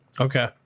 Okay